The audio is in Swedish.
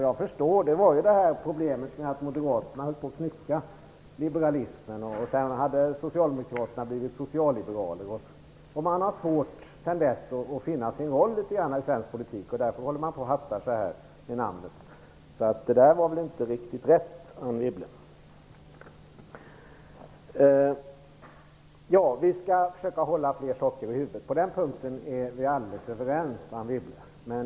Jag förstår att det var det här problemet med att moderaterna höll på att knycka liberalismen. Sedan blev ju socialdemokraterna socialliberaler osv. Sedan dess har man svårt att finna sin roll litet grand i svensk politik. Därför håller man på att hatta så här med namnet. Så det som Anne Wibble sade var väl inte riktigt rätt. Vi skall försöka att hålla fler saker i huvudet. På den punkten är vi alldeles överens, Anne Wibble.